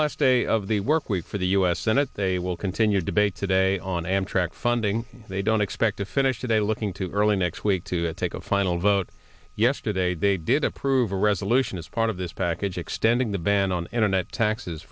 last day of the work week for the u s senate they will continue debate today on amtrak funding they don't expect to finish today looking to early next week to take a final vote yesterday they did approve a resolution as part of this package extending the ban on internet taxes